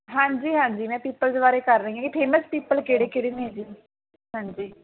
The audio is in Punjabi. ਹਾਂਜੀ ਹਾਂਜੀ ਮੈਂ ਪੀਪਲਸ ਬਾਰੇ ਕਰ ਰਹੀ ਹਾਂ ਜੀ ਫੇਮਸ ਪੀਪਲ ਕਿਹੜੇ ਕਿਹੜੇ ਨੇ ਜੀ ਹਾਂਜੀ